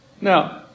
Now